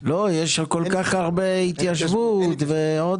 ולא כולן ששות להיכנס למכרז